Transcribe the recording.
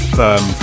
firm